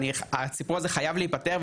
הסיפור הזה חייב להיפתר,